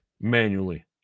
manually